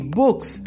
books